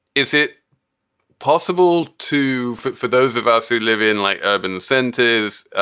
is it possible to fit for those of us who live in like urban centers